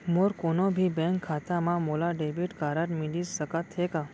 मोर कोनो भी बैंक खाता मा मोला डेबिट कारड मिलिस सकत हे का?